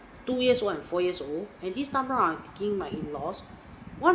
two years one four years old and this time around I'm taking my in laws